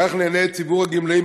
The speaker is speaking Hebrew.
כך נהנה ציבור הגמלאים,